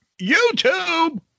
youtube